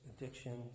addictions